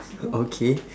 okay